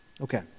Okay